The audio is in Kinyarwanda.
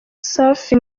safi